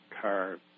car